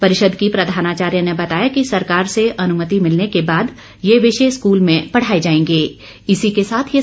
परिषद की प्रधानाचार्य ने बताया कि सरकार से अनुमति मिलने के बाद ये विषय स्कूल में पढ़ाए जाएंगे